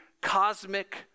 cosmic